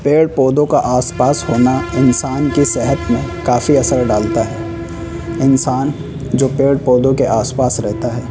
پیڑ پودوں کا آس پاس ہونا انسان کے صحت میں کافی اثر ڈالتا ہے انسان جو پیڑ پودوں کے آس پاس رہتا ہے